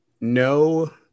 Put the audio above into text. no